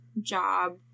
job